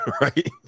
Right